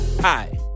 Hi